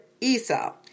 Esau